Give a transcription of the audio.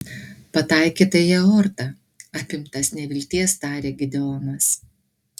pataikyta į aortą apimtas nevilties tarė gideonas